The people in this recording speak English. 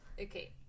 okay